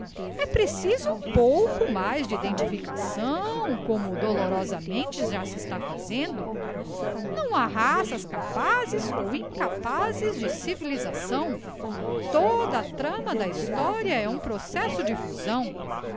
e preciso um pouco mais de identificação como dolorosamente já se está fazendo não ha raças capazes ou incapazes de civilisação toda a trama da historia é um processo de fusão